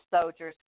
soldiers